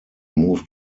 moved